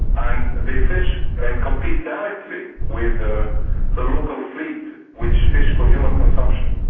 and they fish and compete directly with the the local fleet, which fish for human consumption.